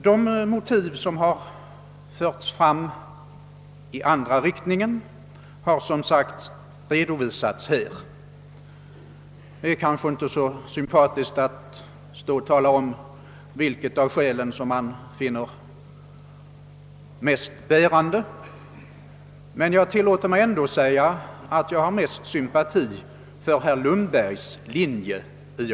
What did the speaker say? De motiv som framförts i den andra riktningen har som sagt redovisats här. Det är kanske inte så sympatiskt att stå och tala om vilket av skälen som man finner mest bärande, men jag tillåter mig ändå säga att jag i och för sig har mest sympati för herr Lundbergs linje.